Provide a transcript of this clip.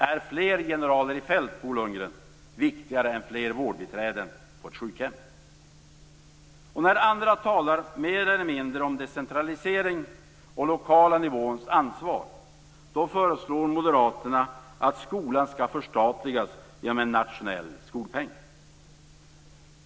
Är fler generaler i fält, Bo Lundgren, viktigare än fler vårdbiträden på ett sjukhem? När andra talar mer eller mindre om decentralisering och den lokala nivåns ansvar föreslår Moderaterna att skolan skall förstatligas genom en nationell skolpeng.